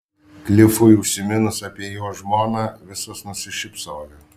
klifui užsiminus apie jo žmoną visos nusišypsojo